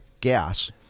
gas